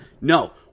No